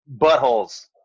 buttholes